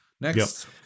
next